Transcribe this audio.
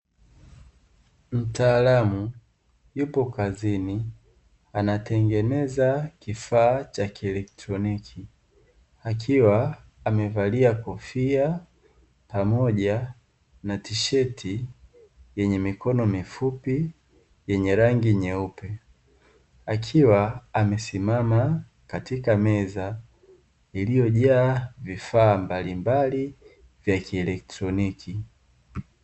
Mtaalamu yupo kazini, anatengeneza kifaa cha kielektroniki, akiwa amevalia kofia pamoja na tisheti yenye mikono mifupi yenye rangi nyeupe, akiwa amesimama katika meza iliyojaa vifaa mbalimbali vya kielektroniki.